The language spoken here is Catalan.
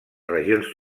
regions